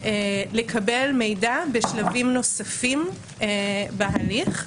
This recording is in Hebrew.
לקבל מידע בשלבים נוספים בהליך.